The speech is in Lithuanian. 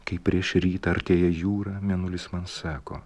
kai prieš rytą artėja jūra mėnulis man sako